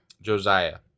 Josiah